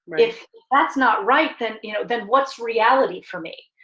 if that's not right, then you know then what's reality for me?